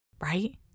right